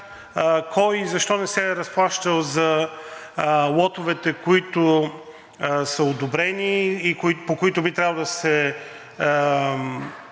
кой и защо не се е разплащал за лотовете, които са одобрени и по които би трябвало да се